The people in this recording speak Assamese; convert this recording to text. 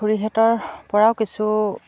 খুৰীহঁতৰ পৰাও কিছু